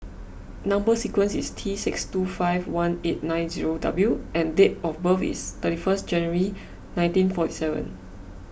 Number Sequence is T six two five one eight nine zero W and date of birth is thirty first January nineteen forty seven